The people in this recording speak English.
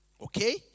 Okay